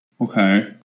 Okay